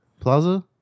Plaza